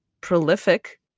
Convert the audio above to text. prolific